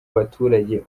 baturage